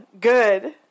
good